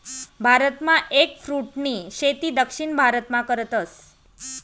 भारतमा एगफ्रूटनी शेती दक्षिण भारतमा करतस